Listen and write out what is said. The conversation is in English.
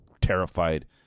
terrified